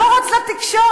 לא רץ לתקשורת?